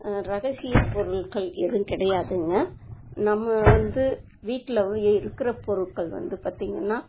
ரகசியப் பொருள்கள் எதுவும் கிடையாதுங்க நம்ம வந்து வீட்டில் இருக்கிற பொருட்கள் வந்து பார்த்தீங்கன்னா